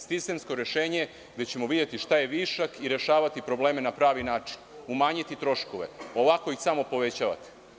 Sistemsko rešenje gde ćemo vide šta je višak i rešavati probleme na pravi način, umanjiti troškove, ovako ih samo povećate.